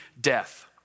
death